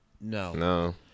No